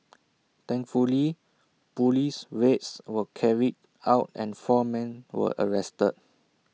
thankfully Police raids were carried out and four men were arrested